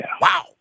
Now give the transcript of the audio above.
wow